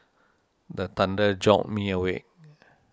the thunder jolt me awake